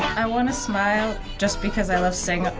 i want to smile just because i love.